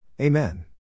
Amen